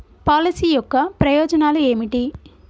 Policy యొక్క ప్రయోజనాలు ఏమిటి?